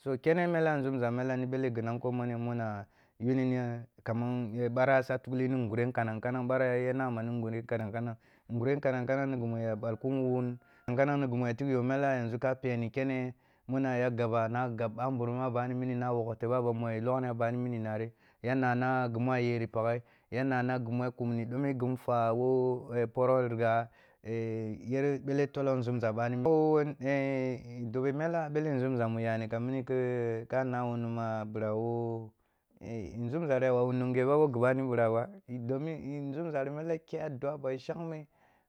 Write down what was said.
So kene mela a nzumza mela ni ɓele ghi nanko mini muna yunini ah kaman ɓareh sa tukli yi ni ngure kanan-kanang, ɓarah ya nah ma ngureh kanan-kanang, ngureh kanan-kanang ni ghi mu ya ɓal kun wun, ngure kanan ni ghi ya tigh yamele ka peni kene muna ya gaba, na gab ɓamburum a bani minina wokh tebe a bamu ya loghna mini nari ya nana ghi mu ayari paghe, ya nara ghi nu’ah kumni ɗome ghi nfwa wo poroh righa eh yere bele tolo nzumza ɓani dobe mella bele nzumza mu nyani kham mini khi ka na ma a ɓira wo eh nzumzari ya wawu nunghe ba ɓoh ghi ɓani ɓiraba, domin nzumzari mele kyah dua ba shangme,